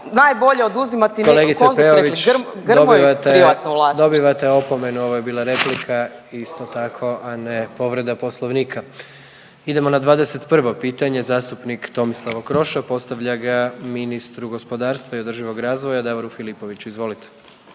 **Jandroković, Gordan (HDZ)** dobivate opomenu, ovo je bila replika isto tako, a ne povreda poslovnika. **Jandroković, Gordan (HDZ)** Idemo na 21. pitanje, zastupnik Tomislav Okroša postavlja ga ministru gospodarstva i održivog razvoja Davoru Filipoviću, izvolite.